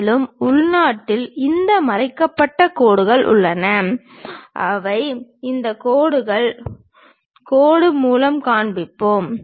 மேலும் உள்நாட்டில் இந்த மறைக்கப்பட்ட கோடுகள் உள்ளன அவை இந்த கோடுகள் கோடு கோடுகள் மூலம் காண்பிப்போம்